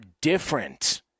different